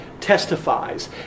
testifies